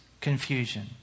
confusion